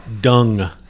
Dung